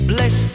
Bless